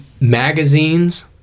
magazines